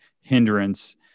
hindrance